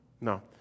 no